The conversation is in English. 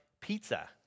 pizza